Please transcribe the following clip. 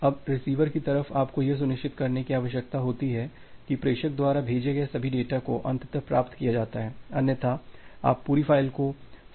अब रिसीवर की तरफ आपको यह सुनिश्चित करने की आवश्यकता होती है कि प्रेषक द्वारा भेजे गए सभी डेटा को अंततः प्राप्त किया जाता है अन्यथा आप पूरी फ़ाइल को फिर से संगठित नहीं कर पाएंगे